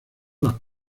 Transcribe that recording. las